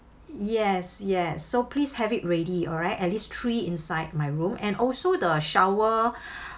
yes yes so please have it ready alright at least three inside my room and also the shower